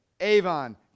Avon